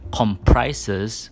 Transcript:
comprises